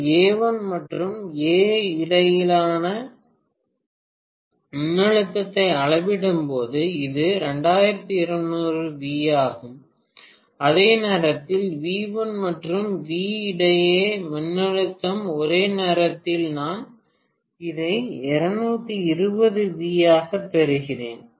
நான் ஏ 1 மற்றும் ஏ இடையேயான மின்னழுத்தத்தை அளவிடும்போது இது 2200 வி ஆகும் அதே நேரத்தில் வி 1 மற்றும் வி இடையே மின்னழுத்தம் ஒரே நேரத்தில் நான் இதை 220 வி ஆகப் பெறுகிறேன்